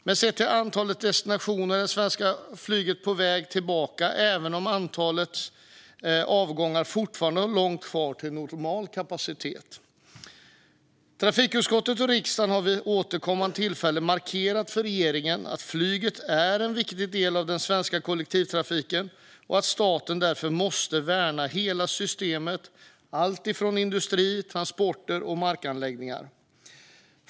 Men sett till antalet destinationer är det svenska flyget på väg tillbaka, även om antalet avgångar fortfarande har långt kvar till normal kapacitet. Trafikutskottet och riksdagen har vid återkommande tillfällen markerat för regeringen att flyget är en viktig del av den svenska kollektivtrafiken och att staten därför måste värna hela systemet, alltifrån industri till transporter och markanläggningar.